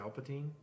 Palpatine